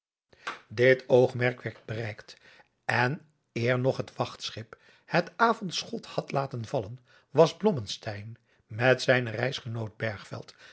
dit oogmerk werd bereikt en eer nog het wachtschip het avondschot had laten vallen was blommesteyn met zijnen reisgenoot